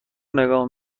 نگاه